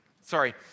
Sorry